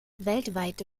weltweite